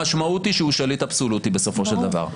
המשמעות היא שהוא שליט אבסולוטי בסופו של דבר.